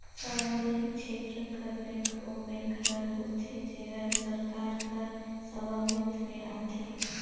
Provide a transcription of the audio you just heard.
सार्वजनिक छेत्र कर बेंक ओ बेंक हर होथे जेहर सरकार कर सवामित्व में आथे